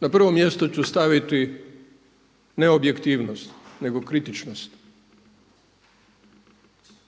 Na prvo mjesto ću staviti ne objektivnost, nego kritičnost.